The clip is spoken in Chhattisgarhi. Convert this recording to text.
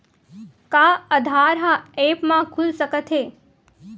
का आधार ह ऐप म खुल सकत हे?